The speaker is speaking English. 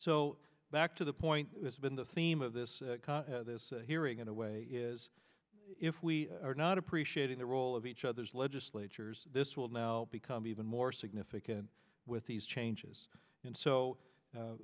so back to the point it's been the theme of this hearing in a way is if we are not appreciating the role of each other's legislatures this will now become even more significant with these changes and so